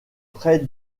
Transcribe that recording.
prêt